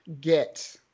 get